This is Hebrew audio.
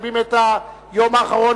היום אנחנו מקיימים את היום האחרון